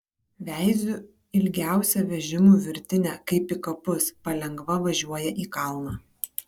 veiziu ilgiausia vežimų virtinė kaip į kapus palengva važiuoja į kalną